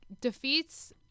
defeats